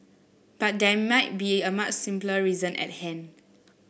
but there might be a much simpler reason at hand